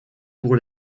pour